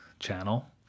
channel